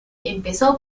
empezó